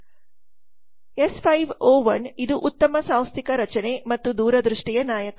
S 5 ಇದು ಉತ್ತಮ ಸಾಂಸ್ಥಿಕ ರಚನೆ ಮತ್ತು ದೂರದೃಷ್ಟಿಯ ನಾಯಕ